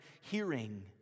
hearing